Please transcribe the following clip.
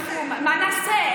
מה נעשה?